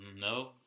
No